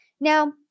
Now